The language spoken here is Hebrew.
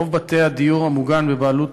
רוב בתי הדיור המוגן בבעלות